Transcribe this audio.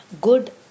Good